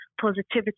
positivity